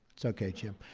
it's okay, jim.